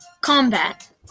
Combat